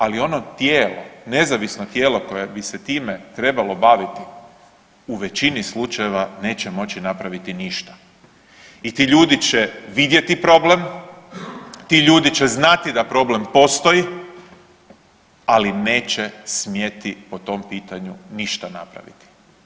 Ali ono tijelo, nezavisno tijelo koje bi se time trebalo baviti u većini slučajeva neće moći napraviti ništa i ti ljudi će vidjeti problem, ti ljudi će znati da problem postoji, ali neće smjeti po tom pitanju ništa napraviti.